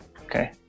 Okay